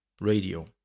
radio